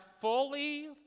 fully